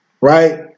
right